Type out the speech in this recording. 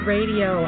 Radio